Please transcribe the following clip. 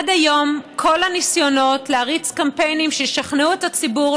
עד היום כל הניסיונות להריץ קמפיינים שישכנעו את הציבור